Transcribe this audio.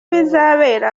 bizabera